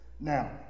Now